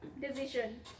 decision